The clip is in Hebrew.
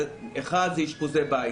האחד, אשפוז בית.